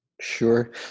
sure